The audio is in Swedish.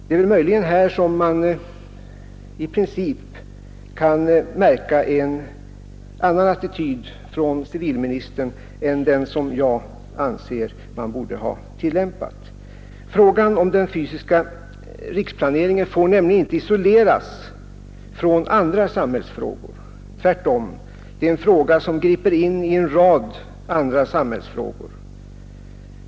Där kan man möjligen märka en annan attityd hos civilministern än den som jag anser vara riktig. Frågan om den fysiska riksplaneringen får nämligen inte isoleras från andra samhällsfrågor. Tvärtom, det är en fråga som griper in i en rad andra samhällsfrågor.